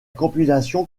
compilation